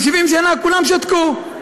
ו-70 שנה כולם שתקו.